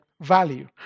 value